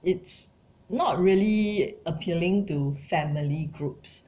it's not really appealing to family groups